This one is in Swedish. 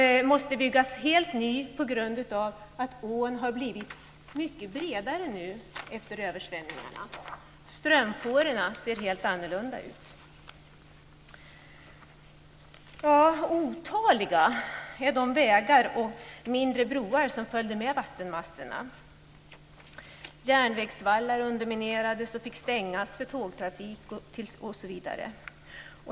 Nu måste det byggas en helt ny bro på grund av att ån har blivit mycket bredare efter översvämningarna. Strömfårorna ser helt annorlunda ut. Otaliga är de vägar och mindre broar som följde med vattenmassorna. Järnvägsvallar underminerades och fick stängas av för tågtrafik, osv.